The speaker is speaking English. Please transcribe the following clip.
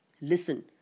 Listen